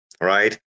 right